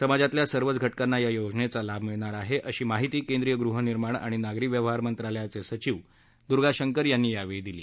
समाजातल्या सर्वच घटकांना या योजनेचा लाभ मिळणार आहे अशी माहिती केंद्रीय गृहनिर्माण आणि नागरी व्यवहारमंत्रालयाचे सचिव द्र्गा शंकर यांनी यावेळी दिली